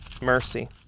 mercy